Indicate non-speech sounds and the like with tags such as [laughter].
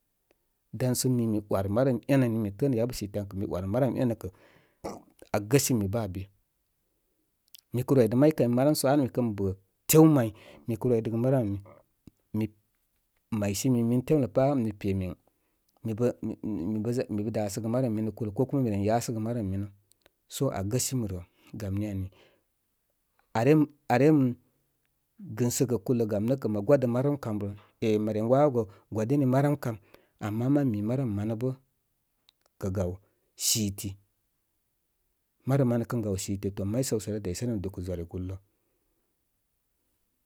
Dansə mi mi ‘warma dam énə. Ni mi təə nə yabə site an kə mi war marəm énə ka gam aa gəsə mə bə aa be. Mikə rwidə mari kay marəm sə na mikən bə tew may mikə rwidəgə marəm ami mi may simi mi, min temlə pá ən min kpi nə mibə [unintelligible] dasəgə marəm minə kulə, ko kuma mi ren yasəgə marəm mənə. Sə aa gəsə mirə. Gamni ani, arem-arem gɨnsəgə kulə gamnəkə mə gwadə marəm kam rə. Amə ren wawa gə gwadini marəm kam. Ama ma mi marəm manə bə kə gaw siti. Marəm manə kən gaw siti, to may səw sə ká dəwsə nəm dukə zwari gur lə.